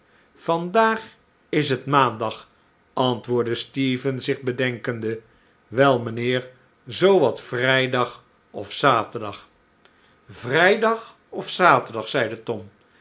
vandaag is het maandag antwoordde stephen zich bedenkende wel mijnheer zoo wat vrijdag of zaterdag vrijdag of zaterdag zeide tom